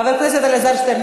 חבר הכנסת אלעזר שטרן,